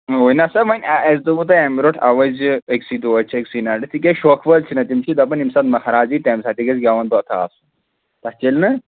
نہ سا وۄنۍ اَسہِ دوٚپمو تۄہہِ اَمہِ برونٛٹھ اَوَے زِ أکسٕے دۄہَس چھ أکسٕے نایٹَس تِکیٛازِ شوق وٲلۍ چھِنہ تِم چھِ دَپان ییٚمہِ ساتہٕ مہراز یی تَمہِ ساتہٕ گژھِ گٮ۪وَن بٲتھا آسُن تَتھ چَلہِ نہٕ